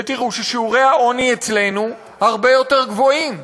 ותראו ששיעורי העוני אצלנו הרבה יותר גבוהים.